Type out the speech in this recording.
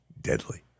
deadly